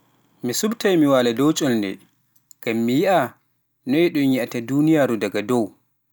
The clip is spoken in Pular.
Mi suɓtay mi waala dow ƴolde ngam mi yi'a, noy ɗum yi'ata duuniyaaru daga dow.